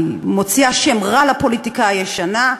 היא מוציאה שם רע לפוליטיקה הישנה.